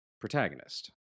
protagonist